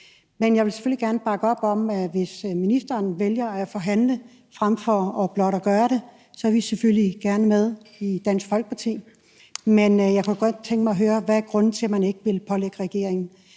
Men jeg vil selvfølgelig gerne bakke op om det, hvis ministeren vælger at forhandle frem for blot at gøre det – så er vi i Dansk Folkeparti selvfølgelig med på det. Men jeg kunne godt tænke mig at høre, hvad grunden er til, at man ikke vil pålægge regeringen